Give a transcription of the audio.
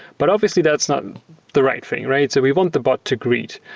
but obviously, that's not the right thing, right? so we want the bot to greet.